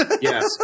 Yes